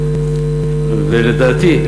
ולדעתי,